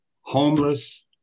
homeless